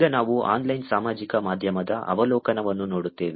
ಈಗ ನಾವು ಆನ್ಲೈನ್ ಸಾಮಾಜಿಕ ಮಾಧ್ಯಮದ ಅವಲೋಕನವನ್ನು ನೋಡುತ್ತೇವೆ